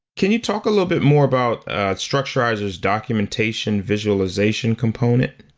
can you talk a little bit more about structurizr s documentation, visualization component?